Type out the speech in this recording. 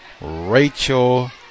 Rachel